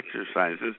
exercises